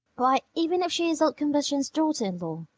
why? even if she is old combustion's daughter-in-law?